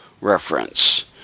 reference